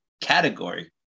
category